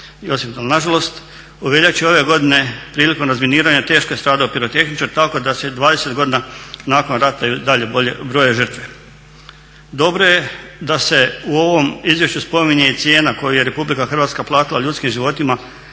Josipdol. Nažalost u veljači ove godine prilikom razminiranja teško je stradao pirotehničar tako da se 20 godina nakon rata i dalje broje žrtve. Dobro je da se u ovom izvješću spominje i cijena koju je RH platila ljudskim životima